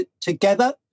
together